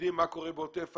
יודעים מה קורה בעוטף עזה,